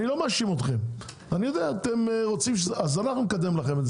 אני לא מאשים אתכם, אנחנו נקדם אתכם.